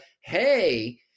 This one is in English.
Hey